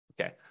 Okay